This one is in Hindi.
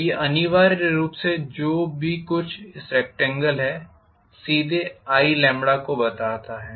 तो ये अनिवार्य रूप से जो कुछ भी इस रेकटेंगल है कि सीधे i को बताता है